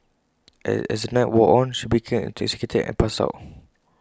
as the night wore on she became intoxicated and passed out